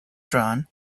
drawn